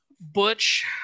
Butch